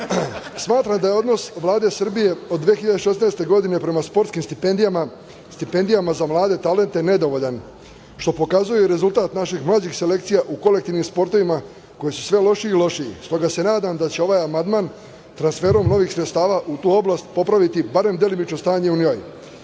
Srbije. Smatram da je odnos Vlade Srbije od 2016. godine prema sportskim stipendijama za mlade talente nedovoljan, što pokazuje rezultat naših mlađih selekcija u kolektivnim sportovima koji su sve lošiji i lošiji. Stoga se nadam da će ovaj amandman transferom novih sredstava u tu oblasti popraviti barem delimično stanje. Meni je